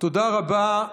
תודה רבה.